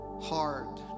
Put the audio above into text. hard